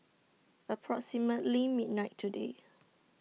approximately midnight today